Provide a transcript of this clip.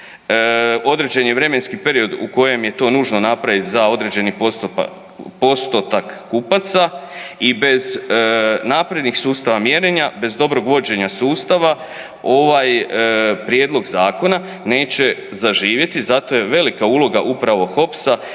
određen je vremenski period u kojem je to nužno napraviti za određeni postotak kupaca i bez naprednog sustava mjerenja, bez dobrog vođenja sustava ovaj prijedlog zakona neće zaživjeti zato jer velika uloga upravo HOPS-a